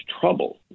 trouble